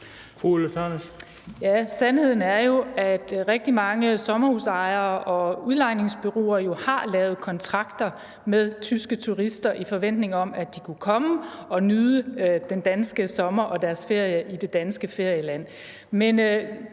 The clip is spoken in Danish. Sandheden er jo, at rigtig mange sommerhusejere og udlejningsbureauer har lavet kontrakter med tyske turister i forventning om, at de kunne komme og nyde den danske sommer og deres ferie i det danske land.